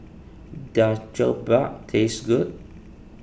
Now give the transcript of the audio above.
does Jokbal taste good